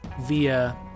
via